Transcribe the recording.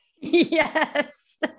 Yes